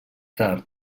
tard